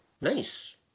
nice